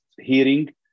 hearing